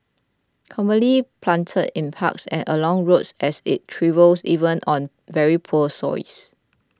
commonly planted in parks and along roads as it thrives even on very poor soils